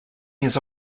years